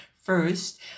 first